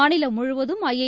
மாநிலம் முழுவதும் ஐஏ